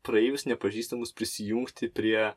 praeivius nepažįstamus prisijungti prie